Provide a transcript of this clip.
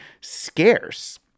scarce